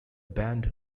band